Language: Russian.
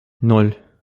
ноль